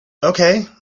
okay